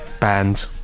band